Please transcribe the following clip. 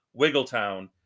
Wiggletown